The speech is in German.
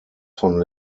von